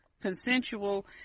consensual